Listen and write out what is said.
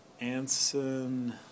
Anson